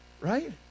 Right